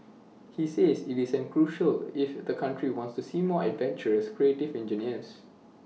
he says IT is crucial if the country wants to see more adventurous creative engineers